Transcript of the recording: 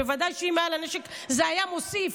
בוודאי שאם היה לה נשק זה היה מוסיף,